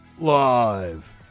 live